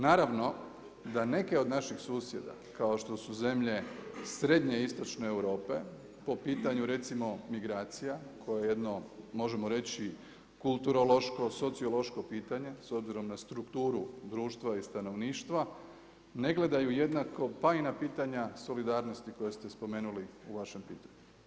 Naravno da neki od naših susjeda, kao što su zemlje srednje i istočne Europe, po pitanju recimo migracija koja je jedno, možemo reći kulturološko, sociološko pitanje, s obzirom na strukturu društva i stanovništva ne gledaju jednako pa i na pitanja solidarnosti koje ste spomenuli u vašem pitanju.